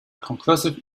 conclusive